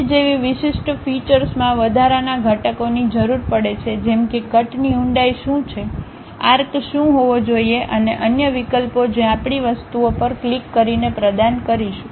cut જેવી વિશિષ્ટ ફીચૅસમાં વધારાના ઘટકોની જરૂર પડે છે જેમ કે કટની ઊંડાઈ શું છે આર્ક શું હોવો જોઈએ અને અન્ય વિકલ્પો જે આપણે વસ્તુઓ પર ક્લિક કરીને પ્રદાન કરીશું